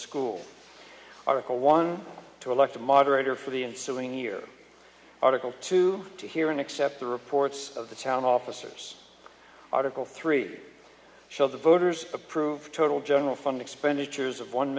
school article one to elect a moderator for the ensuing year article two to hear and accept the reports of the town officers article three so the voters approve total general fund expenditures of one